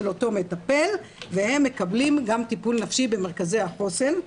אותו מטפל והם מקבלים גם טפול נפשי במרכזי החוסן.